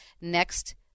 next